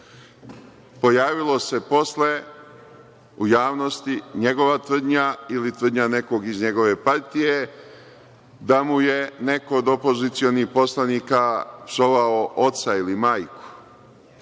sednica. Pojavila se posle u javnosti njegova tvrdnja ili tvrdnja nekoga iz njegove partije da mu je neko od opozicionih poslanika psovao oca ili majku.